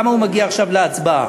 למה הוא מגיע עכשיו להצבעה: